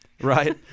right